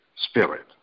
spirit